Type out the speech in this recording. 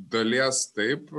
dalies taip